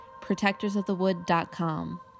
protectorsofthewood.com